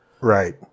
Right